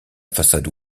façade